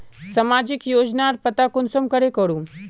सामाजिक योजनार पता कुंसम करे करूम?